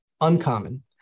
uncommon